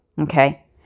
okay